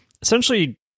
essentially